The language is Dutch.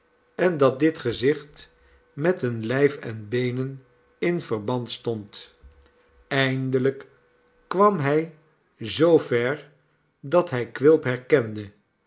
en dat dit gezicht met een lijf en beenen in verband stond eindelijk kwam hij zoo ver dat hij quilp herkende